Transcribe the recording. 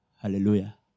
Hallelujah